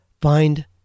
find